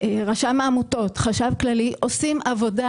רשם העמותות והחשב הכללי עושים עבודה